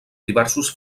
diversos